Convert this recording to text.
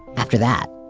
after that,